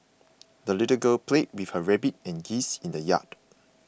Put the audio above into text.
the little girl played with her rabbit and geese in the yard